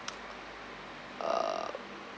uh